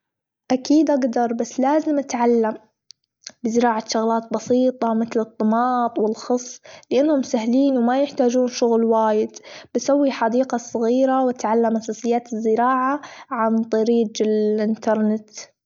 أكيد أجدر بس لازم أتعلم بزراعة شغلات بسيطة متل الطماط، والخس لأنهم سهلين وما يحتاجون شغل وايد، بسوي حديقة صغيرة وأتعلم أساسيات الزراعة عن طريج الإنترنت.